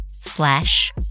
slash